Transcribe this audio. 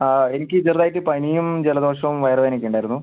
എനിക്ക് ചെറുതായിട്ട് പനിയും ജലദോഷവും വയറുവേദന ഒക്കെ ഉണ്ടായിരുന്നു